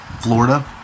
Florida